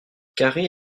carré